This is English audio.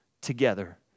together